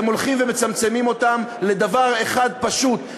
ואתם הולכים ומצמצמים אותם לדבר אחד פשוט,